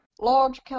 Large